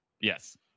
Yes